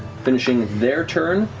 finishing their turn.